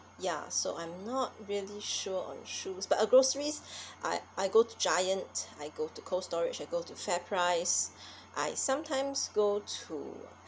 ya so I'm not really sure on shoes but on groceries I I go to giant I go to cold storage I go to fairprice I sometimes go to